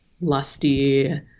lusty